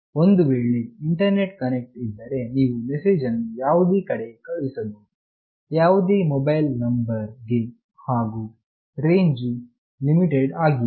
ಒಂದು ವೇಳೆ internet connection ಇದ್ದರೆ ನೀವು ಮೆಸೇಜ್ ಅನ್ನು ಯಾವುದೇ ಕಡೆಗೆ ಕಳುಹಿಸಬಹುದು ಯಾವುದೇ ಮೊಬೈಲ್ ನಂಬರ್ ಗೆ ಹಾಗು ರೇಂಜ್ ವು ಲಿಮಿಟೆಡ್ ಆಗಿಲ್ಲ